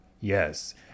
Yes